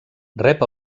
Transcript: rep